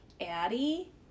Addie